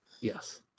Yes